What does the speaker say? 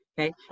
Okay